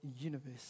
universe